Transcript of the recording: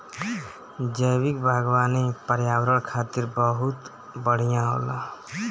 जैविक बागवानी पर्यावरण खातिर बहुत बढ़िया होला